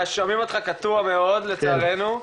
שומעים אותך קטוע מאוד, לצערנו.